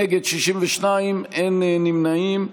נגד, 62, אין נמנעים.